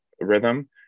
rhythm